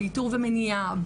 באיתור ומניעה,